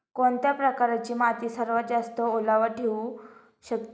कोणत्या प्रकारची माती सर्वात जास्त ओलावा ठेवू शकते?